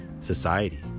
society